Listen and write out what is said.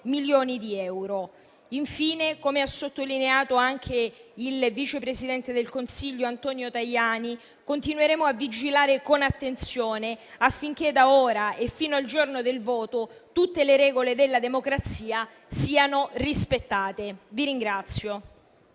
milioni di euro. Infine, come ha sottolineato anche il vice presidente del Consiglio Antonio Tajani, continueremo a vigilare con attenzione affinché da ora e fino al giorno del voto tutte le regole della democrazia siano rispettate.